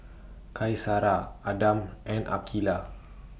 Qaisara Adam and Aqilah